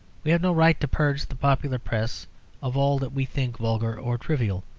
we have no right to purge the popular press of all that we think vulgar or trivial.